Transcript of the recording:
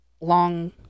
long